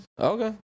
Okay